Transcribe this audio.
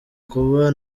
kuba